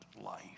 life